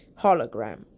hologram